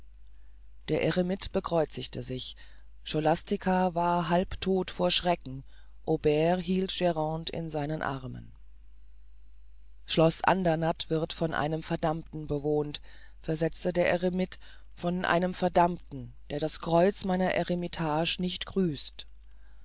der eremit bekreuzte sich scholastica war halb todt vor schrecken aubert hielt grande in seinen armen schloß andernatt wird von einem verdammten bewohnt versetzte der eremit von einem verdammten der das kreuz meiner eremitage nicht grüßt